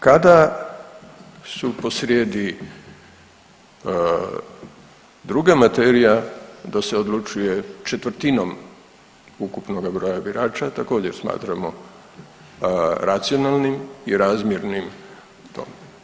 Kada su posrijedi druga materija da se odlučuje četvrtinom ukupnoga broja birača također smatramo racionalnim i razmjernim to.